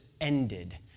ended